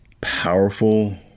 powerful